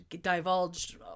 divulged